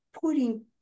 putting